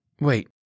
Wait